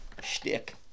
shtick